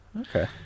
Okay